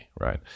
right